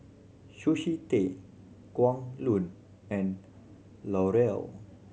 Sushi Tei Kwan Loong and L'Oreal